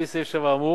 לפי סעיף 7 האמור,